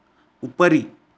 उपरि